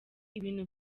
ibintu